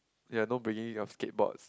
ya no bringing of skate boards